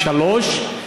3,